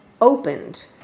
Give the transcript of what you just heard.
opened